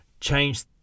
change